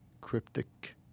cryptic